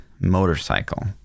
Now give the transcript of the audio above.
motorcycle